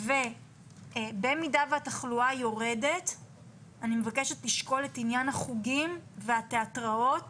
במידה שהתחלואה יורדת אני מבקשת לשקול את עניין החוגים והתיאטראות